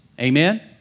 amen